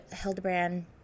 Hildebrand